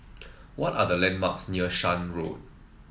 what are the landmarks near Shan Road